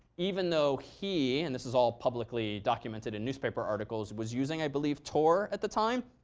even though he and this is all publicly documented in newspaper articles was using, i believe, tor at the time.